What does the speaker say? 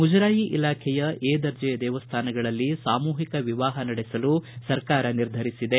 ಮುಜರಾಯಿ ಇಲಾಖೆಯ ಎ ದರ್ಜೆಯ ದೇವಸ್ಥಾನಗಳಲ್ಲಿ ಸಾಮೂಹಿಕ ವಿವಾಹ ನಡೆಸಲು ಸರಕಾರ ನಿರ್ಧರಿಸಿದೆ